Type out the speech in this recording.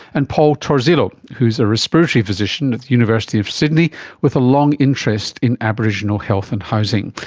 and paul torzillo, who is a respiratory physician at the university of sydney with a long interest in aboriginal health and housing.